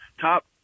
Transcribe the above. top